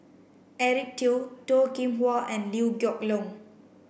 Eric Teo Toh Kim Hwa and Liew Geok Leong